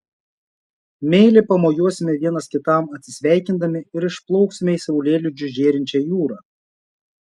meiliai pamojuosime vienas kitam atsisveikindami ir išplauksime į saulėlydžiu žėrinčią jūrą